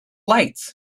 lights